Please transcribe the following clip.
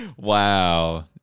wow